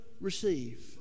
receive